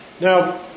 Now